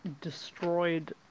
destroyed